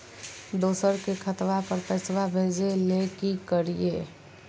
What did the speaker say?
दोसर के खतवा पर पैसवा भेजे ले कि करिए?